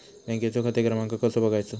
बँकेचो खाते क्रमांक कसो बगायचो?